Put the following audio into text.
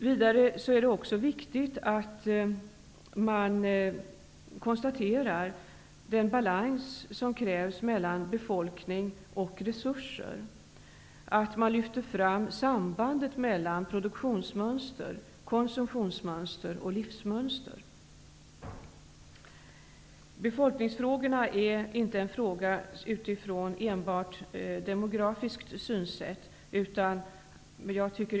Vidare är det viktigt att man konstaterar den balans som krävs mellan befolkning och resurser. Sambandet mellan produktions-, konsumtions-, och livsmönster måste lyftas fram. Befolkningsfrågorna är inte något som enbart skall ses med utgångspunkt i ett demografiskt synsätt.